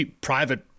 private